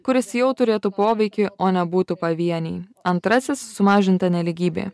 kuris jau turėtų poveikį o nebūtų pavieniai antrasis sumažinta nelygybė